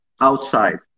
outside